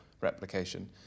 replication